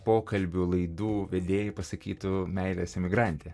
pokalbių laidų vedėjai pasakytų meilės emigrantė